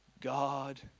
God